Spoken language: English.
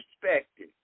perspective